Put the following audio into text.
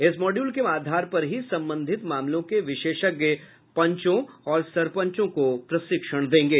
इस मॉड़यूल के आधार पर ही संबंधित मामलों के विशेषज्ञ पंचों और सरपंचों को प्रशिक्षण देंगे